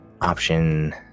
option